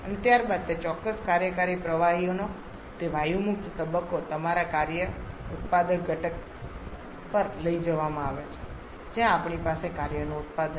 અને ત્યારબાદ તે ચોક્કસ કાર્યકારી પ્રવાહીનો તે વાયુયુક્ત તબક્કો તમારા કાર્ય ઉત્પાદક ઘટક પર લઈ જવામાં આવે છે જ્યાં આપણી પાસે કાર્યનું ઉત્પાદન છે